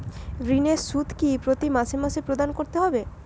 ঋণের সুদ কি প্রতি মাসে মাসে প্রদান করতে হবে?